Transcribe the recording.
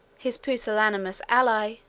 his pusillanimous ally,